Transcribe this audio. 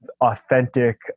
authentic